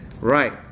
Right